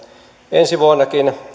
ensi vuonnakin